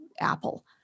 Apple